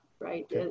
right